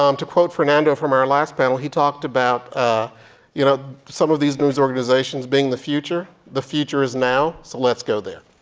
um to quote fernando from our last panel, he talked about ah you know some of these news organizations being the future. the future is now, so let's go there.